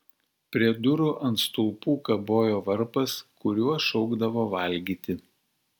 prie durų ant stulpų kabojo varpas kuriuo šaukdavo valgyti